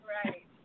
right